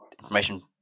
information